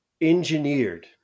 engineered